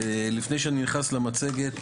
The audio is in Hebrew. לפני שאני נכנס למצגת,